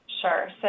Sure